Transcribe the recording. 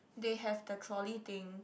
they have the trolley thing